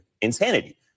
insanity